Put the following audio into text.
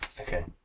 Okay